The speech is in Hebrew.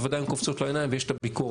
בוודאי הן קופצות לעיניים ויש את הביקורת,